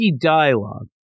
dialogue